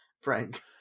Frank